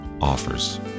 offers